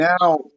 now